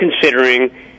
considering